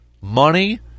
money